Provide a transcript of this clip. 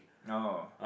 no